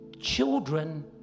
children